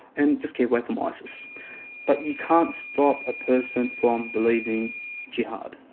and just keep away from isis. but you can't stop a person from believing jihad.